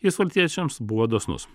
jis valstiečiams buvo dosnus